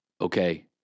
Okay